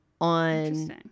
on